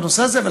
בנושא הזה,